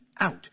out